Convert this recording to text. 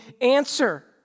answer